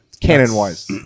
Canon-wise